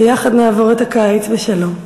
ויחד נעבור את הקיץ בשלום.